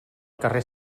carrer